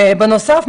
בנוסף,